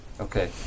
Okay